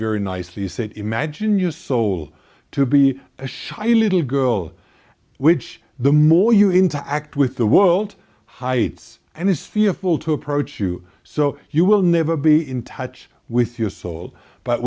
very nicely you said imagine you saw to be a shy little girl which the more you interact with the world heights and is fearful to approach you so you will never be in touch with your soul but